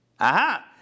Aha